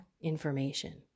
information